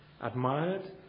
admired